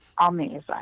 amazing